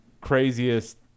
craziest